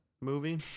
movie